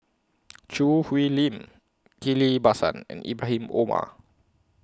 Choo Hwee Lim Ghillie BaSan and Ibrahim Omar